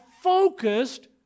focused